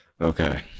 Okay